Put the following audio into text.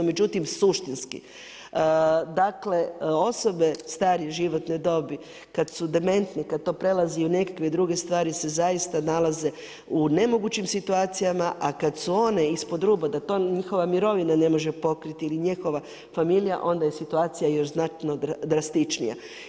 Međutim, suštinski dakle, osobe starije životne dobi kad su dementni, kad to prelazi u nekakve druge stari se zaista nalaze u nemogućim situacijama, a kad su one ispod ruba da to njihova mirovina ne može pokriti ili njihova familija, onda je situacija još znatno drastičnija.